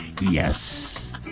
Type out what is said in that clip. Yes